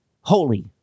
holy